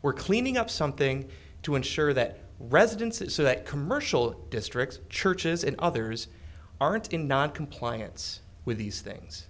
we're cleaning up something to ensure that residences so that commercial districts churches and others aren't in noncompliance with these things